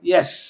Yes